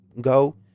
go